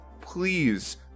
Please